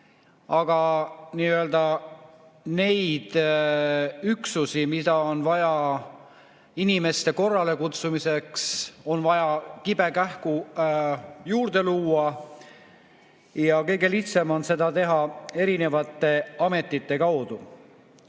aga neid üksusi, mida on vaja inimeste korralekutsumiseks, on vaja kibekähku juurde luua. Ja kõige lihtsam on seda teha erinevate ametite kaudu.